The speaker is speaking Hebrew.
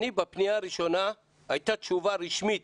בפניה הראשונה הייתה תשובה רשמית